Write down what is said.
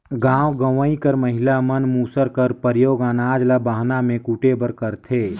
गाँव गंवई कर महिला मन मूसर कर परियोग अनाज ल बहना मे कूटे बर करथे